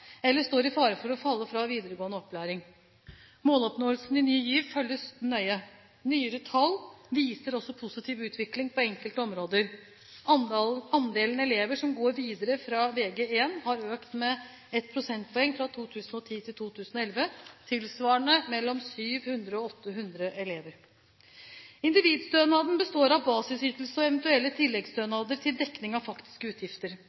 eller står i fare for å falle fra videregående opplæring. Måloppnåelsen i Ny GIV følges nøye. Nyere tall viser også positiv utvikling på enkelte områder. Andelen elever som går videre fra Vg1, har økt med ett prosentpoeng fra 2010 til 2011, tilsvarende mellom 700 og 800 elever. Individstønaden består av basisytelse og eventuelle tilleggsstønader til dekning av faktiske utgifter.